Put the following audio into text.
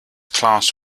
class